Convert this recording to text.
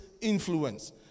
influence